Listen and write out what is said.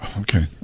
Okay